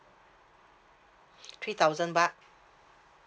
three thousand baht